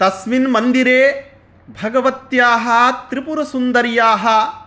तस्मिन् मन्दिरे भगवत्याः त्रिपुरसुन्दर्याः